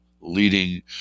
leading